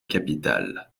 capitale